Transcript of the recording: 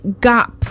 gap